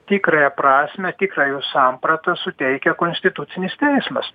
tikrąją prasmę tikrą jų sampratą suteikia konstitucinis teismas